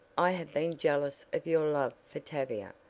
i have been jealous of your love for tavia.